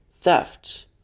Theft